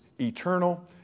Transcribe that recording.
eternal